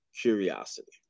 curiosity